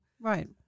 Right